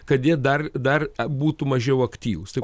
kad jie dar dar būtų mažiau aktyvūs tai